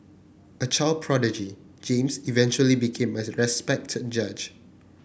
a child prodigy James eventually became a respected judge